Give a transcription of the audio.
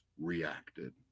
reacted